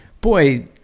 boy